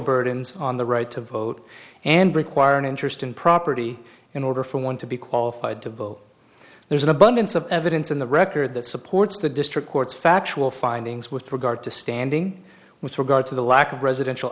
burdens on the right to vote and require an interest in property in order for one to be qualified to vote there's an abundance of evidence in the record that supports the district court's factual findings with regard to standing with regard to the lack of residential